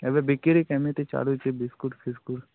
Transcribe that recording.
ଏବେ ବିକ୍ରୀ କେମିତି ଚାଲିଛି ବିସ୍କୁଟ୍ ଫିସ୍କୁଟ୍